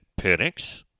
Penix